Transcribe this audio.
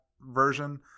version